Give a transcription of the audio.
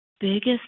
biggest